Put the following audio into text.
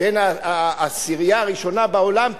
בעשירייה הראשונה בעולם,